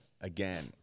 again